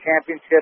Championship